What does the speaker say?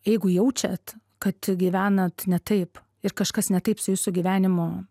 jeigu jaučiat kad gyvenat ne taip ir kažkas netaip su jūsų gyvenimu